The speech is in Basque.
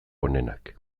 onenak